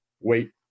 wait